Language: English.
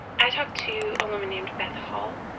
i talked to a woman named beth hall.